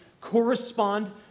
correspond